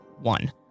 one